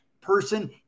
person